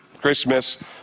Christmas